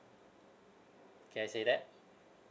can I say that